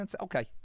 Okay